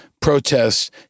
protests